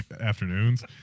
afternoons